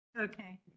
Okay